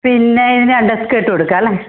പിന്നെ ഇതിന് അണ്ടർ സ്കർട്ടും എടുക്കാമല്ലേ